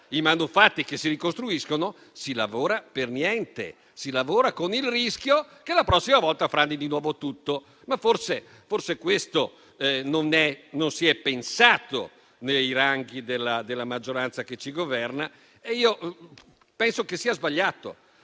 i manufatti che si ricostruiscono, si lavora per niente, si lavora con il rischio che la prossima volta frani di nuovo tutto, ma forse a questo non si è pensato nei ranghi della maggioranza che ci governa. Io penso che ciò sia sbagliato.